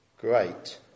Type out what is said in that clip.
great